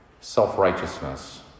self-righteousness